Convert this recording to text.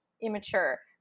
immature